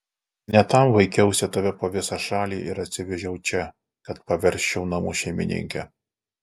ne tam vaikiausi tave po visą šalį ir atsivežiau čia kad paversčiau namų šeimininke